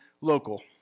local